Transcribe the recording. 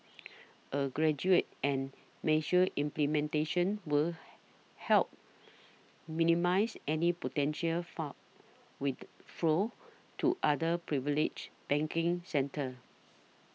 a gradual and measured implementation would help minimise any potential fund with flows to other privilege banking centres